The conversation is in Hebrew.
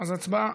אז הצבעה.